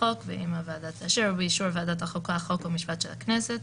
החוק)" ואם הוועדה תאשר,"ובאישור ועדת החוקה חוק ומשפט של הכנסת,